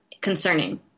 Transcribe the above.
concerning